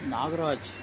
Nagraj